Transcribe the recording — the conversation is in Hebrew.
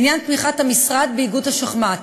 לעניין תמיכת המשרד באיגוד השחמט,